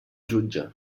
jutge